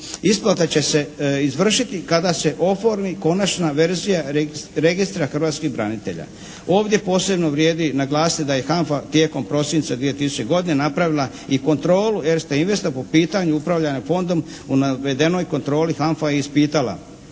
Isplata će se izvršiti kada se oformi konačna verzija Registra hrvatskih branitelja. Ovdje posebno vrijedi naglasiti da je HANFA tijekom prosinca 2000. godina napravila i kontrolu ERSTE Investa po pitanju upravljanja Fondom. U navedenoj kontroli HANFA je ispitala